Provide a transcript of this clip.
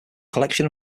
collection